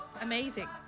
amazing